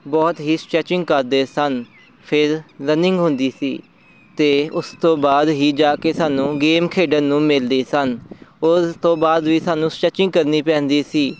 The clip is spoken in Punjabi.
ਬਹੁਤ ਹੀ ਸਟੈਚਿੰਗ ਕਰਦੇ ਸਨ ਫਿਰ ਰਨਿੰਗ ਹੁੰਦੀ ਸੀ ਅਤੇ ਉਸ ਤੋਂ ਬਾਅਦ ਹੀ ਜਾ ਕੇ ਸਾਨੂੰ ਗੇਮ ਖੇਡਣ ਨੂੰ ਮਿਲਦੀ ਸਨ ਉਸ ਤੋਂ ਬਾਅਦ ਵੀ ਸਾਨੂੰ ਸਟੈਚਿੰਗ ਕਰਨੀ ਪੈਂਦੀ ਸੀ